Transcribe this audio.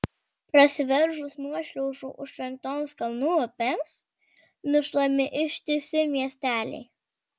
prasiveržus nuošliaužų užtvenktoms kalnų upėms nušluojami ištisi miesteliai